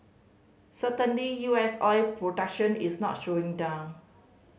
certainly U S oil production is not slowing down